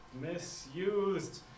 Misused